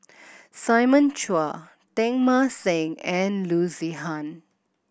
Simon Chua Teng Mah Seng and Loo Zihan